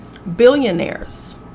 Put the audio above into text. billionaires